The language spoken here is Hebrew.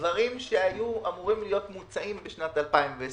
דברים שהיו אמורים להיות מוצאים בשנת 2020,